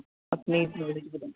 ਆਪਣੀ